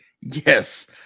Yes